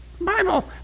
bible